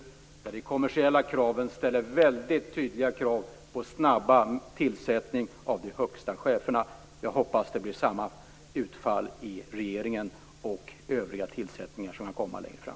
Där ställer de kommersiella krafterna väldigt tydliga krav på snabba tillsättningar av de högsta cheferna. Jag hoppas att det blir samma utfall i regeringen när det gäller övriga tillsättningar som kan komma längre fram.